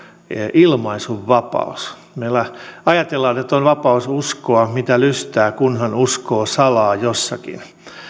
ilmaisun vapaus meillä ajatellaan että on vapaus uskoa mitä lystää kunhan uskoo salaa jossakin